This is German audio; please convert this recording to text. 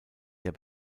der